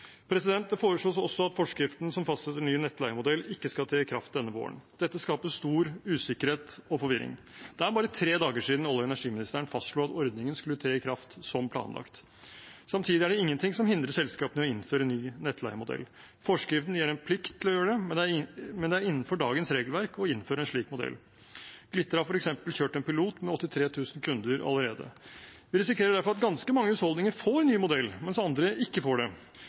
Det foreslås også at forskriften som fastsetter ny nettleiemodell, ikke skal tre i kraft denne våren. Dette skaper stor usikkerhet og forvirring. Det er bare tre dager siden olje- og energiministeren fastslo at ordningen skulle tre i kraft som planlagt. Samtidig er det ingenting som hindrer selskapene i å innføre ny nettleiemodell. Forskriften gir en plikt til å gjøre det, men det er innenfor dagens regelverk å innføre en slik modell. Glitre har f.eks. kjørt en pilot med 83 000 kunder allerede. Vi risikerer derfor at ganske mange husholdninger får en ny modell, mens andre ikke får det.